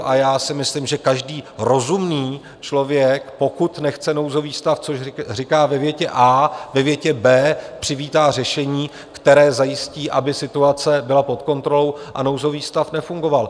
A já si myslím, že každý rozumný člověk, pokud nechce nouzový stav, což říká ve větě A, ve větě B přivítá řešení, které zajistí, aby situace byla pod kontrolou a nouzový stav nefungoval.